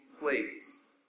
place